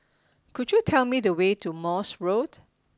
could you tell me the way to Morse Road